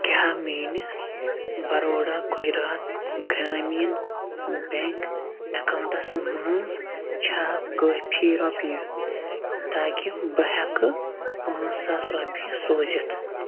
کیٛاہ میٛٲنِس Baroda Gujarat Gramin bank accounts منٛز چھےٚ کٲفی رۄپیہِ تاکہِ بہٕ ہٮ۪کہٕ پانٛژھ ساس رۄپیہِ سوٗزِتھ